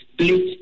split